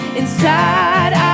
inside